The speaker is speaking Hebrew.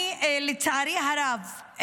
לצערי הרב,